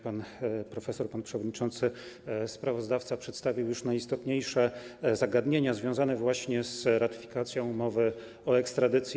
Pan profesor, pan przewodniczący, sprawozdawca przedstawił już najistotniejsze zagadnienia związane właśnie z ratyfikacją umowy z Argentyną o ekstradycji.